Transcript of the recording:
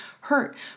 hurt